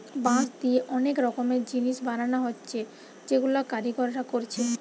বাঁশ দিয়ে অনেক রকমের জিনিস বানানা হচ্ছে যেগুলা কারিগররা কোরছে